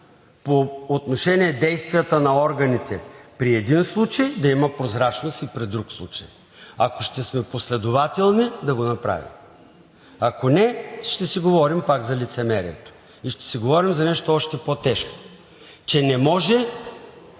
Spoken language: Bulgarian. по отношение действията на органите при един случай, да има прозрачност и при друг случай. Ако ще сме последователни, да го направим. Ако не, ще си говорим пак за лицемерието и ще си говорим за нещо още по-тежко, че не може